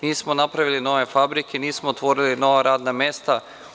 Nismo napravili nove fabrike, nismo otvorili nova radna mesta.